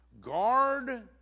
Guard